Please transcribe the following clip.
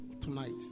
tonight